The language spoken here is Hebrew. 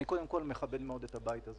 אני קודם כול מכבד מאוד את הבית הזה